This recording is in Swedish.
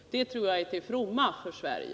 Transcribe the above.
Det tror jag är till fromma för Sverige.